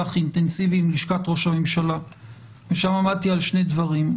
אינטנסיבי עם לשכת ראש הממשלה ושם עמדתי על שני דברים,